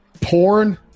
porn